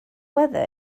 weather